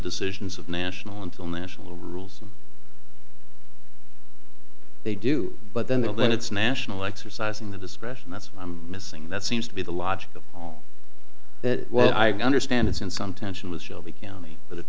decisions of national until national rules they do but then they'll then it's national exercising the discretion that's missing that seems to be the logic of all that well i understand it's in some tension with shelby county but it